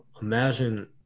Imagine